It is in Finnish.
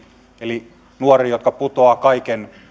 eli nuoriin jotka putoavat kaiken